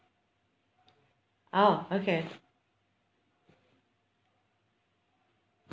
oh okay